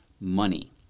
money